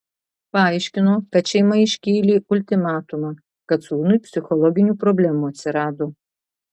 paaiškino kad šeima iškėlė ultimatumą kad sūnui psichologinių problemų atsirado